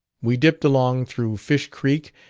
we dipped along through fish creek,